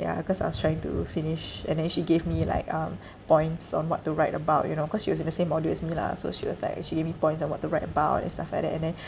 ya cause I was trying to finish and then she gave me like um points on what to write about you know cause she was in the same module as me lah so she was like she gave me points on what to write about and stuff like that and then